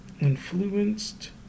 influenced